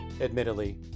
admittedly